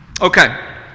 Okay